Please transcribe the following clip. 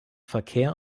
verkehr